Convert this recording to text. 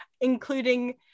including